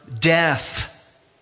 death